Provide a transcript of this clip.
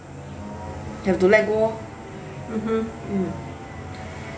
have to let go orh mm